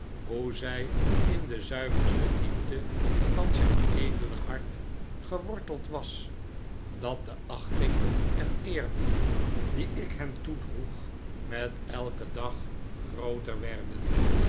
hoe zij in de zuiverste diepte van zijn edele hart geworteld was dat de achting en eerbied die ik hem toedroeg met elken dag grooter werden